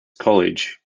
college